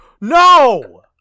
No